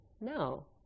No